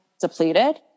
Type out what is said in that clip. depleted